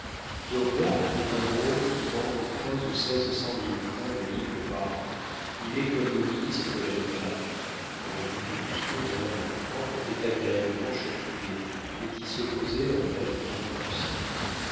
est un drôle qui vend pour quinze ou seize cent mille francs de livres par an il est comme le ministre de la littérature répondit lousteau dont l'amour-propre était agréablement chatouillé et qui se posait en maître devant lucien